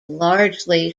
largely